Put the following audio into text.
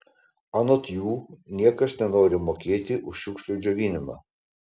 anot jų niekas nenori mokėti už šiukšlių džiovinimą